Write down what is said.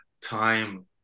time